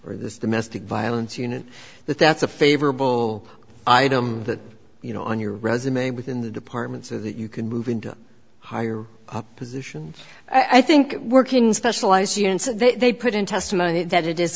or this domestic violence unit that that's a favorable item that you know on your resume within the department so that you can move into a higher position i think working specialized they put in testimony that it is